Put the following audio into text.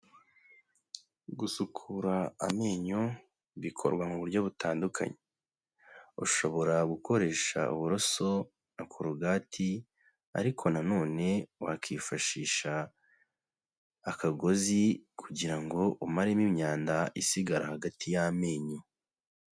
Gusukura amenyo, bikorwa mu buryo butandukanye. Ushobora gukoresha uburoso na korogati ariko nanone, wakifashisha akagozi kugira ngo umaremo imyanda, isigara hagati y'amenyo.